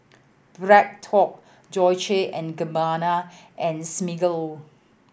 Bread Talk Dolce and Gabbana and Smiggle